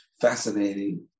fascinating